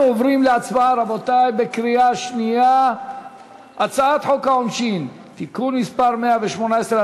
אנחנו עוברים להצבעה בקריאה שנייה על הצעת חוק העונשין (תיקון מס' 118),